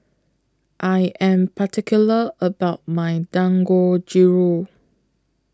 I Am particular about My Dangojiru